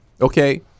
Okay